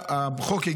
החוק,